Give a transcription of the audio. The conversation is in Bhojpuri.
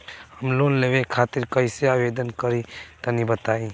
हम लोन लेवे खातिर कइसे आवेदन करी तनि बताईं?